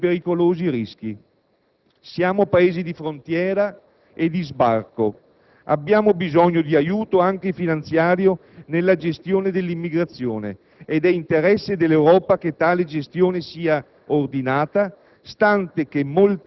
buone possibilità e pericolosi rischi. Siamo Paesi di frontiera e di sbarco. Abbiamo bisogno di aiuto, anche finanziario, nella gestione dell'immigrazione ed è interesse dell'Europa che tale gestione sia ordinata,